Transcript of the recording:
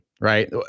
right